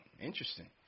Interesting